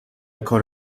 کار